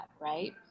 right